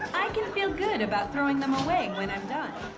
i can feel good about throwing them away when i'm done.